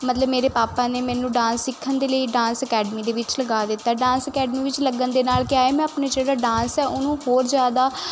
ਮਤਲਬ ਮੇਰੇ ਪਾਪਾ ਨੇ ਮੈਨੂੰ ਡਾਂਸ ਸਿੱਖਣ ਦੇ ਲਈ ਡਾਂਸ ਅਕੈਡਮੀ ਦੇ ਵਿੱਚ ਲਗਾ ਦਿੱਤਾ ਡਾਂਸ ਅਕੈਡਮੀ ਵਿੱਚ ਲੱਗਣ ਦੇ ਨਾਲ ਕਿਆ ਏ ਮੈਂ ਆਪਣੇ ਜਿਹੜਾ ਡਾਂਸ ਹੈ ਉਹਨੂੰ ਹੋਰ ਜ਼ਿਆਦਾ